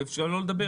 תנו לו לדבר.